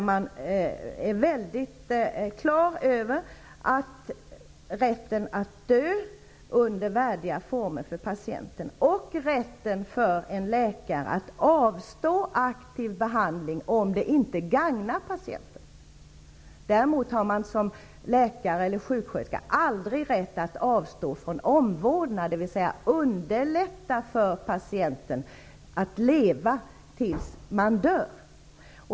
I dessa råd är man mycket klar över patientens rätt att dö under värdiga former och läkarens rätt att avstå från aktiv behandling, om den inte gagnar patienten. Däremot har läkaren eller sjukvårdaren aldrig rätt att avstå från omvårdnad, dvs. att avstå från att underlätta för patienten att leva till slutet.